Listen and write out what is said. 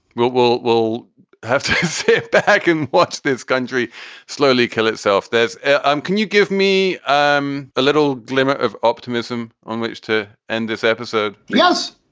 well, we'll have to sit back and watch this country slowly kill itself. that's i'm. can you give me um a little glimmer of optimism on which to end this episode? yes,